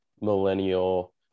millennial